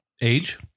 age